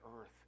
earth